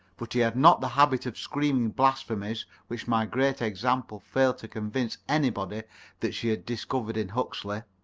but he had not the habit of screaming blasphemies which my great example failed to convince anybody that she had discovered in huxley.